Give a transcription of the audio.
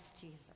Jesus